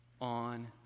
on